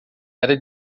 era